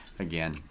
Again